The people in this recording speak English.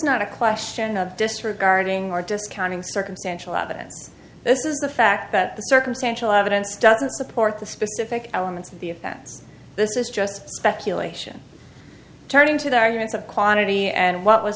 not a question of disregarding our discounting circumstantial evidence this is the fact that the circumstantial evidence doesn't support the specific elements of the offense this is just speculation turning to the arguments of quantity and what was